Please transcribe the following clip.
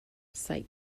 site